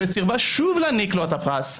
וסירבה שוב להעניק לו את הפרס,